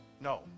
No